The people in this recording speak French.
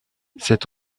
cette